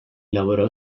lavorò